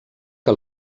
que